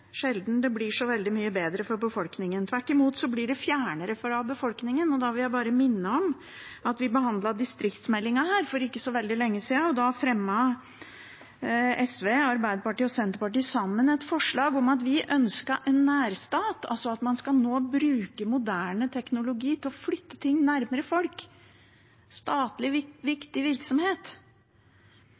sjelden det blir så veldig mye bedre for befolkningen. Tvert imot blir det fjernere fra befolkningen. Da vil jeg bare minne om at da vi behandlet distriktsmeldingen her for ikke så veldig lenge siden, fremmet SV, Arbeiderpartiet og Senterpartiet sammen et forslag om en nærstat, altså at man nå skal bruke moderne teknologi til å flytte ting nærmere folk, statlig viktig virksomhet.